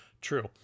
true